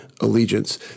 allegiance